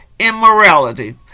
immorality